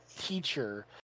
teacher